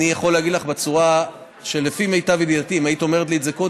אם היית אומרת לי את זה קודם,